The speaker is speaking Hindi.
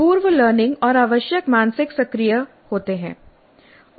पूर्व लर्निंग और आवश्यक मानसिक सक्रिय होते हैं